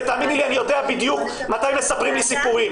ותאמיני לי אני יודע בדיוק מתי מספרים לי סיפורים